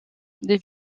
des